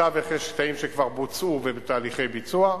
בתווך יש קטעים שכבר בוצעו ובתהליכי ביצוע.